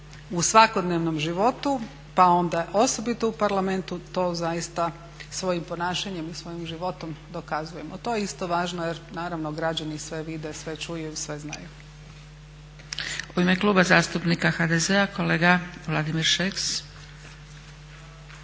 u svakodnevnom životu, pa onda osobito u Parlamentu to zaista svojim ponašanjem i svojim životom dokazujemo. To je isto važno jer naravno građani sve vide, sve čuju i sve znaju. **Zgrebec, Dragica (SDP)** U ime Kluba zastupnika HDZ-a kolega Vladimir Šeks.